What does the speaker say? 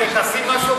שירת נשים.